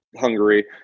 Hungary